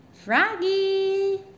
Froggy